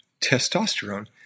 testosterone